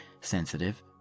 sensitive